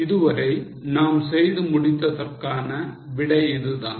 இதுவரை நாம் செய்து முடித்ததற்கான விடை இதுதான்